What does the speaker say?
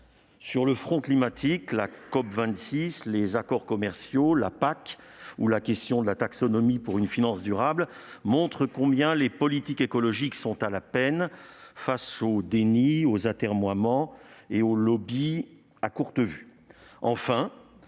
Sur le front climatique, la COP26, les accords commerciaux, la politique agricole commune (PAC) ou la question de la taxonomie pour une finance durable montrent combien les politiques écologiques sont à la peine face aux dénis, aux atermoiements et aux lobbies à courte vue.